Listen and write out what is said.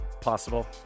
possible